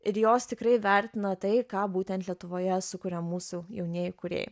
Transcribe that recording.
ir jos tikrai vertina tai ką būtent lietuvoje sukuria mūsų jaunieji kūrėjai